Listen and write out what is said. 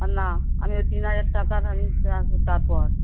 আর না আমি ওই তিন হাজার টাকা আসব তারপর